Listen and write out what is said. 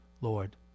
Lord